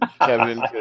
Kevin